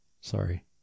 sorry